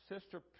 Sister